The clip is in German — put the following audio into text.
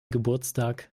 geburtstag